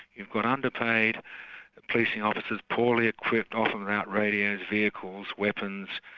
you've got underpaid policing officers, poorly equipped, often without radios, vehicles, weapons,